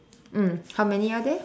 mm how many are there